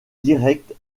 directe